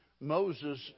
Moses